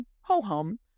ho-hum